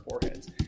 foreheads